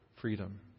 freedom